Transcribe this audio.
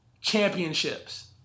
championships